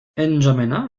n’djamena